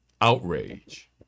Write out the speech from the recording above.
outrage